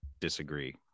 disagree